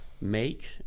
make